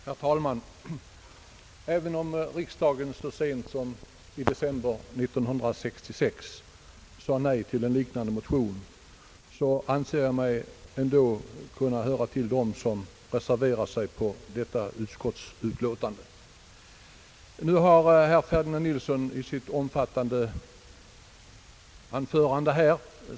Herr talman! Även om riksdagen så sent som i december 1966 sade nej till en liknande motion, anser jag mig ändå kunna höra till dem som reserverar sig mot detta utskottsutlåtande. Herr Ferdinand Nilsson har sagt det mesta i sitt omfattande anförande här.